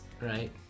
Right